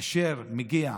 כאשר הוא מגיע